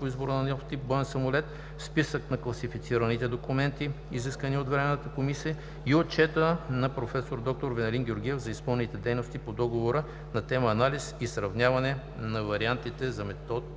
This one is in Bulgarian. по избор на нов тип боен самолет, списък на класифицираните документи, изискани от Временната комисия и отчета на проф. д-р Венелин Георгиев за изпълнените дейности по договора на тема „Анализ и сравняване на вариантите за методика